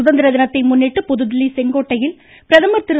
சுதந்திர தினத்தை முன்னிட்டு புதுதில்லி செங்கோட்டையில் பிரதமா் திரு